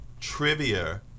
trivia